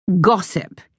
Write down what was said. gossip